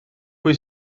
pwy